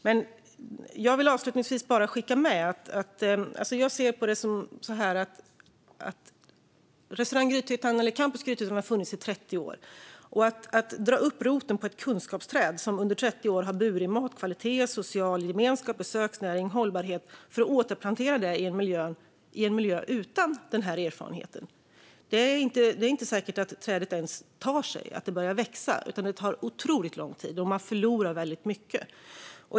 Avslutningsvis vill jag bara skicka med hur jag ser på detta. Campus Grythyttan har funnits i 30 år. Om man drar upp roten på ett kunskapsträd som under 30 år har burit matkvalitet, social gemenskap, besöksnäring och hållbarhet för att återplantera det i en miljö utan denna erfarenhet är det inte säkert att trädet ens tar sig och börjar växa. Detta tar otroligt lång tid, och man förlorar väldigt mycket.